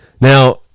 Now